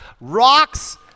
Rocks